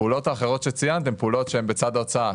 הפעולות האחרות שציינת הן פעולות שהן בצד ההוצאה,